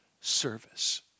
service